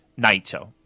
Naito